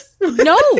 No